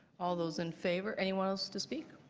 all those in favor? anyone else to speak?